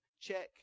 Check